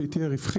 שהיא תהיה רווחית.